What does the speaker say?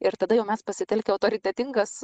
ir tada jau mes pasitelkę autoritetingas